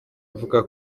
avuga